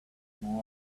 more